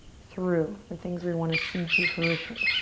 through, the things we want to see to fruition.